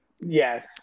yes